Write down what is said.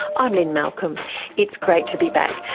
i'm lynne malcolm it's great to be back.